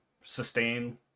sustain